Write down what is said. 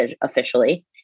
officially